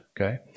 okay